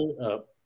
up